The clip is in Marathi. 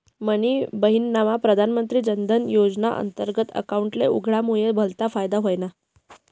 मनी बहिनना प्रधानमंत्री जनधन योजनाना अंतर्गत अकाउंट उघडामुये भलता फायदा व्हयना